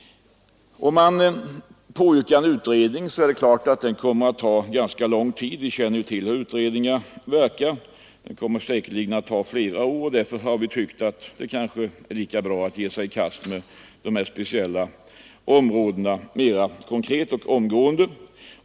Om man påyrkar en utredning måste man självfallet ta hänsyn till att den säkerligen kommer att ta flera år, och därför har vi tyckt att det är lika bra att omgående ge sig i kast med de här speciella områdena mera konkret.